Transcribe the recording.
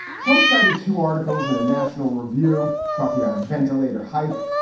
trump cited two articles in the national review talking about ventilator hype.